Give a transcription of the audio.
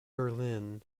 berlin